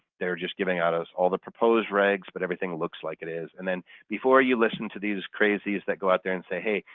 they're just giving out us all the proposed regs but everything looks like it is and then before you listen to these crazies that go out there and say hey,